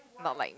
not like me